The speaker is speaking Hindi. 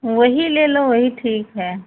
वही ले लो वही ठीक है